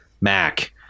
Mac